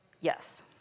Yes